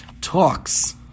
Talks